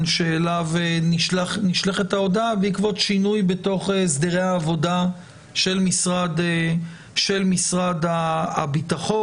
שאליו נשלחת ההודעה בעקבות שינוי בתוך הסדרי העבודה של משרד הביטחון,